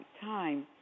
time